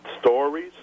stories